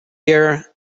year